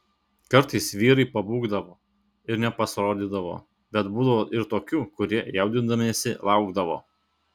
kartais vyrai pabūgdavo ir nepasirodydavo bet būdavo ir tokių kurie jaudindamiesi laukdavo